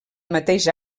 mateix